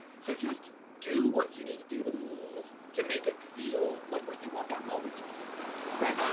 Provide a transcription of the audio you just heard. so just do what you need to do to the rules to make it feel like what you want that moment to feel like,